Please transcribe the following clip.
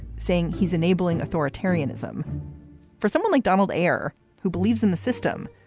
saying he's enabling authoritarianism for someone like donald ayre who believes in the system.